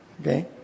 Okay